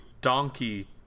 donkey